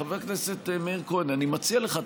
חבר הכנסת מאיר כהן: אני מציע לך,